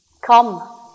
Come